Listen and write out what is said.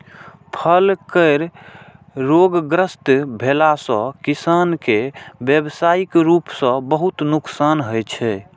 फल केर रोगग्रस्त भेला सं किसान कें व्यावसायिक रूप सं बहुत नुकसान होइ छै